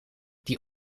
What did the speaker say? die